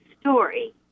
story